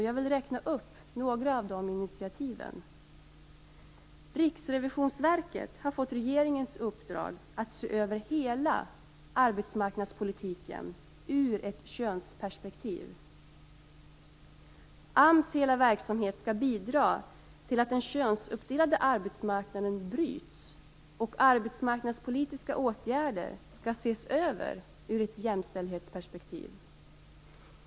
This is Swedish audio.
Jag vill räkna upp några av de initiativen: Riksrevisionsverket har fått regeringens uppdrag att se över hela arbetsmarknadspolitiken ur ett könsperspektiv. AMS hela verksamhet skall bidra till att den könsuppdelade arbetsmarknaden bryts, och arbetsmarknadspolitiska åtgärder skall ses över ur ett jämställdhetsperspektiv.